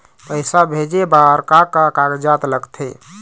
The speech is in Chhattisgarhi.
पैसा भेजे बार का का कागजात लगथे?